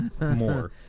more